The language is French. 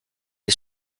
est